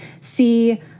see